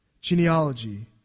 genealogy